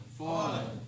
fallen